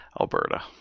Alberta